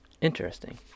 Interesting